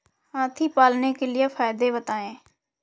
हाथी पालने के फायदे बताए?